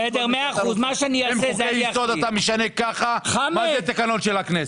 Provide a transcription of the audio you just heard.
אם חוקי יסוד אתה משנה ככה, מה זה תקנון של הכנסת?